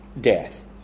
death